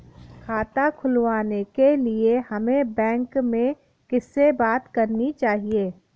खाता खुलवाने के लिए हमें बैंक में किससे बात करनी चाहिए?